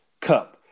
cup